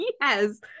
Yes